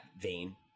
vein